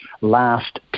last